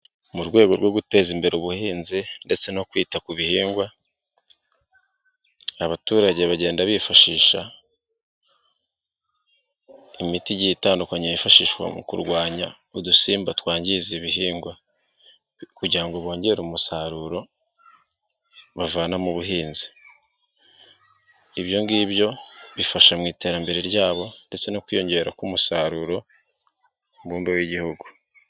Mu rwego rwo guteza imbere ubuhinzi no kwitahingwa, abaturage bagenda bifashi imiti igiye itandukanye yifashishwa mu kurwanya udusimba twangiza ibihingwa, umusaruro bavana mu buhinzi. Ibyongibyo bifasha mu iterambere ryabo ndetse no kwiyongera k'umusarurombe w'igihugu.